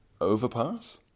Overpass